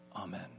Amen